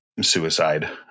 suicide